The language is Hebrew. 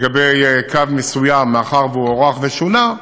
לגבי קו מסוים, מאחר שהוא הוארך ושונה,